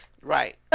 Right